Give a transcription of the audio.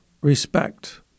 respect